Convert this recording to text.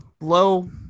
low